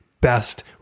best